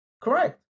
Correct